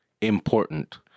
important